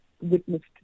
witnessed